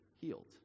healed